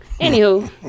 Anywho